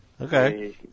Okay